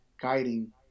guiding